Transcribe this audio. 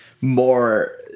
more